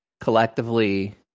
collectively